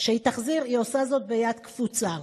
היא עושה זאת ביד קפוצה.